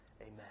Amen